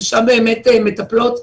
ששם מטפלות,